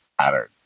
pattern